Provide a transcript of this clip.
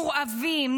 מורעבים,